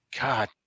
God